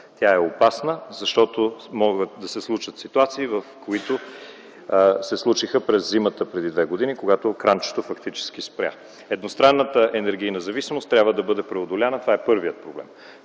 Тя е опасна, защото могат да се случат ситуации, които се случиха през зимата преди две години, когато кранчето фактически спря. Едностранната енергийна зависимост трябва да бъде преодоляна и това е първият проблем.